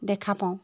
দেখা পাওঁ